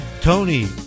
Tony